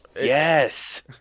yes